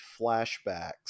flashbacks